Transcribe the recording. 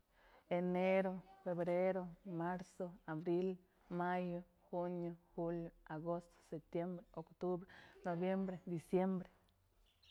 Enero, febrero, marzo, abril, mayo, junio, julio, agosto, septiembre, octubre, noviembre, diciembre.